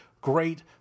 great